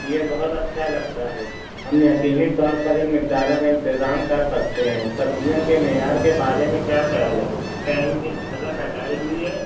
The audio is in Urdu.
یہ بہت اچھا لگتا ہے ہم یقینی طور پر ان مقداروں کا انتظام کر سکتے ہیں سبزیوں کے معیار کے بارے میں کیا خیال ہے ٹائم کی کٹائی ہوئی ہے